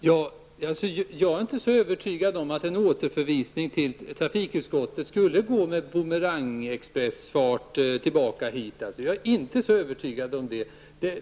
Fru talman! Jag är inte så övertygad om att en återförvisning av ärendet till trafikutskottet skulle innebära att det med expressfart kom tillbaka hit som en bumerang. Jag är inte övertygad om det.